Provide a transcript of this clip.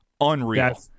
Unreal